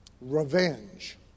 revenge